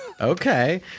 Okay